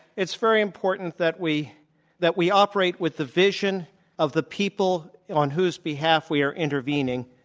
it's very important that we that we operate with the vision of the people on whose behalf we are intervening,